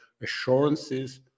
assurances